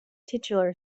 titular